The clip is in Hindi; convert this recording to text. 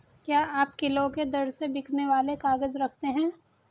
क्या आप किलो के दर से बिकने वाले काग़ज़ रखते हैं?